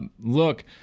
Look